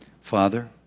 Father